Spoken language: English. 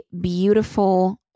beautiful